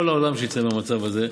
שכל העולם יצא מהמצב הזה,